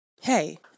Hey